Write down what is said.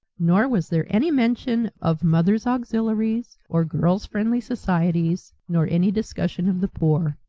nor was there any mention of mothers' auxiliaries, or girls' friendly societies, nor any discussion of the poor.